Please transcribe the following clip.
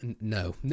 No